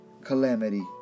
calamity